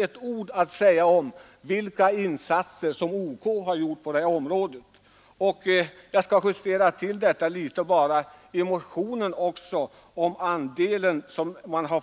ett ord att säga om de insatser som OK har gjort på detta område. Jag skall också rätta vad som skrivits i motionen beträffande OK :s andel.